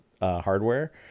hardware